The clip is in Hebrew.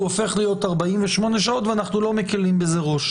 הוא הופך להיות 48 שעות, ואנחנו לא מקלים בזה ראש.